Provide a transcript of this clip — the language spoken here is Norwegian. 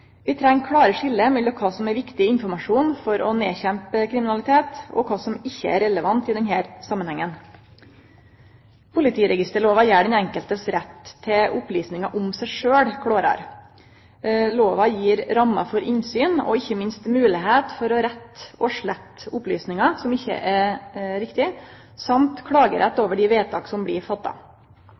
Vi treng klåre skilje mellom kva som er viktig informasjon for å nedkjempe kriminalitet, og kva som ikkje er relevant i denne samanhengen. Politiregisterlova gjer den enkelte sin rett til opplysningar om seg sjølv klårare. Lova gir rammer for innsyn og ikkje minst moglegheit for å rette og slette opplysningar som ikkje er riktige, og klagerett over dei vedtaka som blir